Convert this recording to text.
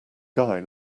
guy